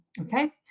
Okay